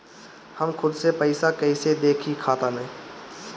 हम खुद से पइसा कईसे देखी खाता में?